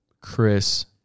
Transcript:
Chris